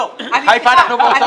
בחיפה אנחנו באותו צד.